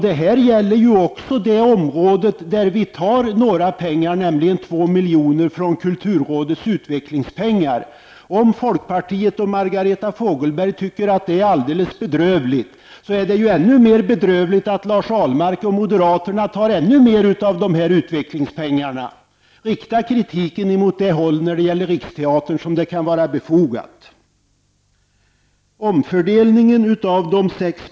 Det här gäller också det område där vi vill ta litet pengar, nämligen 2 miljoner från kulturrådets utvecklingspengar. Om folkpartiet och Margareta Fogelberg tycker att det är alldeles bedrövligt, är det ännu mera bedrövligt att Lars Ahlmark och moderaterna vill ta ännu mer av dessa utvecklingspengar. Rikta kritiken mot det håll där det kan vara befogat.